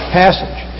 passage